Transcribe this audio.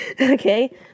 okay